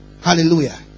Hallelujah